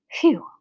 Phew